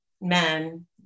men